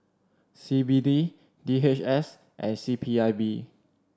C B D D H S and C P I B